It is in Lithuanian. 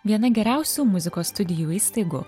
viena geriausių muzikos studijų įstaigų